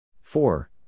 four